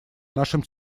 нашим